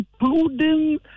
including